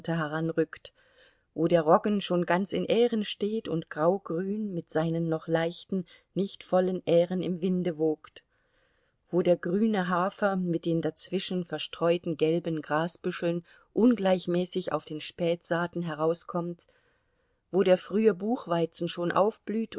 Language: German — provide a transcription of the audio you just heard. heranrückt wo der roggen schon ganz in ähren steht und graugrün mit seinen noch leichten nicht vollen ähren im winde wogt wo der grüne hafer mit den dazwischen verstreuten gelben grasbüscheln ungleichmäßig auf den spätsaaten herauskommt wo der frühe buchweizen schon aufblüht